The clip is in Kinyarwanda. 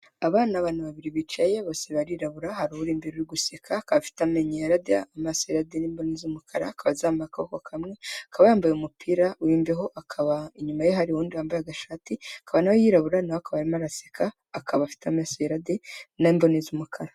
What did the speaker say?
Abana ni abantu babiri bicaye bose barirabura, hari uri imbere uri guseka, akaba afite amenyo yera de, amaso yera de, imboni z'umukara, akaba azamuye akaboko kamwe, akaba yambaye umupira w'imbeho, akaba inyuma ye hari uwundi wambaye agashati, akaba na we yirabura na we akaba arimo araseka, akaba afite amaso yera de n'imboni z'umukara.